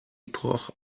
epoch